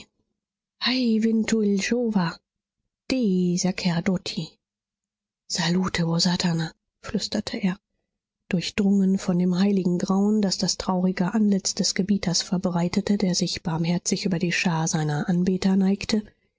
dei sacerdoti salute o satana flüsterte er durchdrungen von dem heiligen grauen das das traurige antlitz des gebieters verbreitete der sich barmherzig über die schar seiner anbeter neigte